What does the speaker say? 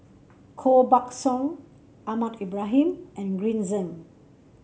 Koh Buck Song Ahmad Ibrahim and Green Zeng